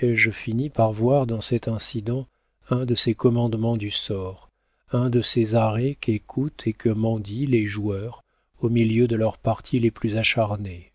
ai-je fini par voir dans cet incident un de ces commandements du sort un de ces arrêts qu'écoutent et que mendient les joueurs au milieu de leurs parties les plus acharnées